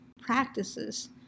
practices